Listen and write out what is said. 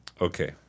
Okay